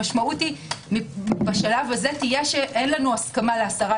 המשמעות היא בשלב הזה תהיה שאין לנו הסכמה להסרת